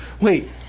Wait